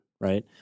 right